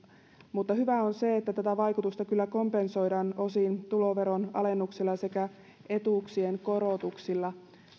hyvää on se että tätä vaikutusta kyllä kompensoidaan osin tuloveron alennuksilla sekä etuuksien korotuksilla